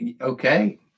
Okay